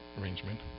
arrangement